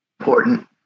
important